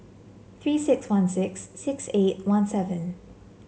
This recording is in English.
Three six one six six eight one seven